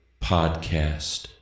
podcast